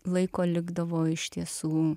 laiko likdavo iš tiesų